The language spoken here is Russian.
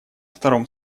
втором